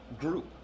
group